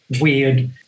weird